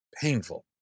Painful